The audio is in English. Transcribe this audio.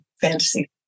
fantasy